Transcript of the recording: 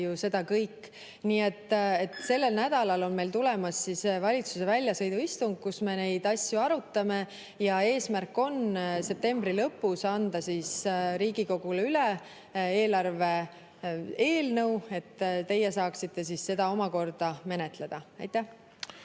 ju teame. Nii et sellel nädalal on meil tulemas valitsuse väljasõiduistung, kus me neid asju arutame. Eesmärk on septembri lõpus anda Riigikogule üle eelarve eelnõu, et teie saaksite seda omakorda menetleda. Aitäh!